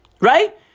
Right